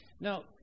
Now